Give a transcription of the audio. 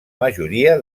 majoria